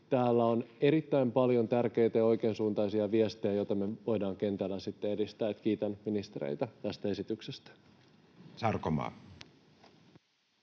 täällä on erittäin paljon tärkeitä ja oikeansuuntaisia viestejä, joita me voidaan kentällä sitten edistää. Kiitän ministereitä tästä esityksestä. [Speech